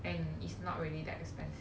and it's not really that expensive